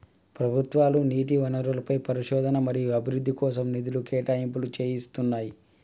ప్రభుత్వాలు నీటి వనరులపై పరిశోధన మరియు అభివృద్ధి కోసం నిధుల కేటాయింపులు చేస్తున్నయ్యి